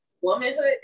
womanhood